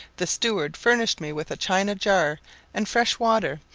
the steward furnished me with a china jar and fresh water,